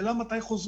השאלה מתי חוזרים.